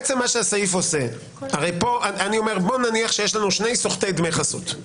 מה שהסעיף עושה - נניח שיש לנו שני סוחטי דמי חסות,